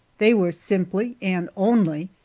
they were simply, and only,